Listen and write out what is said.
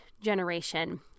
generation